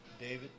David